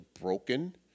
broken